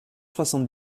soixante